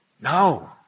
no